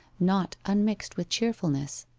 not unmixed with cheerfulness.